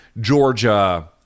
Georgia